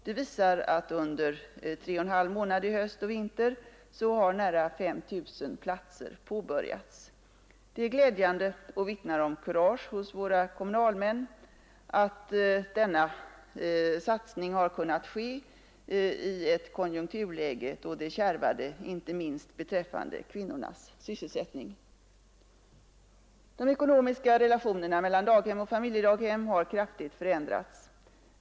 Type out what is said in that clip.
Den visar att under tre och en halv månader under hösten och vintern har nära 5 000 platser påbörjats. Det är glädjande och vittnar om kurage hos våra kommunalmän att denna satsning har kunnat ske i ett konjunkturläge då det kärvat inte minst beträffande kvinnornas sysselsättning. De ekonomiska relationerna mellan daghem och familjedaghem har kraftigt förändrats.